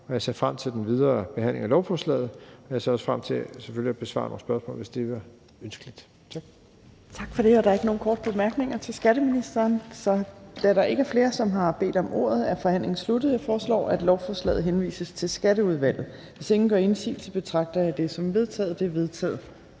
jeg ser frem til den videre behandling af lovforslaget, og jeg ser også frem til selvfølgelig at besvare spørgsmål, hvis dette er ønskeligt. Tak. Kl. 19:06 Tredje næstformand (Trine Torp): Tak for det. Der er ikke nogen korte bemærkninger til skatteministeren. Da der ikke er flere, der har bedt om ordet, er forhandlingen sluttet. Jeg foreslår, at lovforslaget henvises til Skatteudvalget. Hvis ingen gør indsigelse, betragter jeg det som vedtaget. Det er vedtaget.